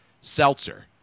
seltzer